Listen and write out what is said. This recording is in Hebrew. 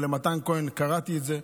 אבל מתן כהן, קראתי את זה.